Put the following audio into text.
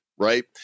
right